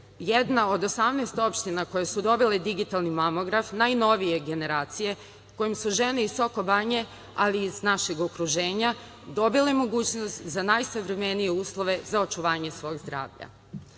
jedna od 18 opština koje su dobile digitalni mamamograf, najnovije generacije, kojom se žene iz Sokobanje, ali i iz našeg okruženja dobile mogućnost za najsavremenije uslove za očuvanje svojih